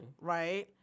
right